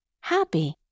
happy